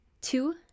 Two